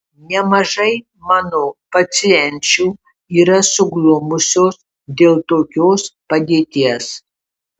nemažai mano pacienčių yra suglumusios dėl tokios padėties